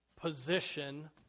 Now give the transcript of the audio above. position